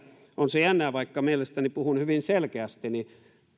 se jännä että vaikka mielestäni puhun hyvin selkeästi niin